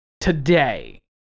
today